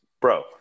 Bro